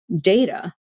data